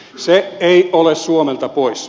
se ei ole suomelta pois